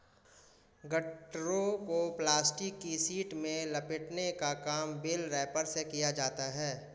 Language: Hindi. गट्ठरों को प्लास्टिक की शीट में लपेटने का काम बेल रैपर से किया जाता है